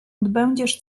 odbędziesz